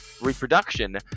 reproduction